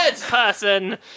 person